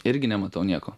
irgi nematau nieko